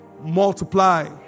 multiply